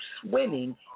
swimming